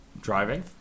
Driving